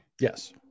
Yes